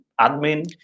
admin